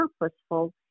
purposeful